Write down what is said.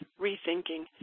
rethinking